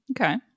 Okay